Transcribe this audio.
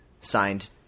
Signed